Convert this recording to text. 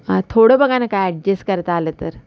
हां थोडं बघा ना काय ॲडजस्ट करता आलं तर